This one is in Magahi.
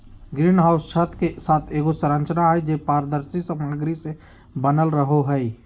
ग्रीन हाउस छत के साथ एगो संरचना हइ, जे पारदर्शी सामग्री से बनल रहो हइ